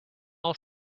all